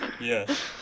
Yes